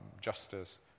justice